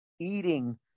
eating